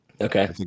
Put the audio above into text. okay